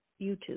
YouTube